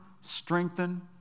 strengthen